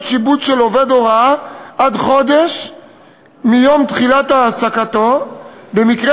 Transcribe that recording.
שיבוץ של עובד הוראה עד חודש מיום תחילת העסקתו במקרה